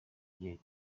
gihe